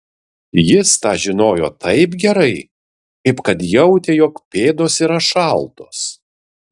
jis tą žinojo taip gerai kaip kad jautė jog pėdos yra šaltos